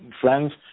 friends